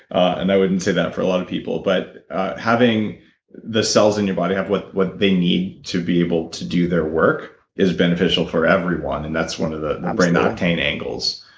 and i wouldn't say that for a lot of people. but having the cells in your body have what what they need to be able to do their work is beneficial for everyone, and that's one of the brain octane angles.